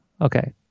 Okay